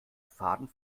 faden